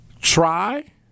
try